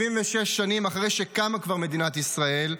76 שנים אחרי שקמה כבר מדינת ישראל,